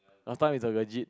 last time is strategy